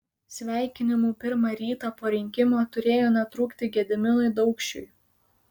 sveikinimų pirmą rytą po rinkimų turėjo netrūkti gediminui daukšiui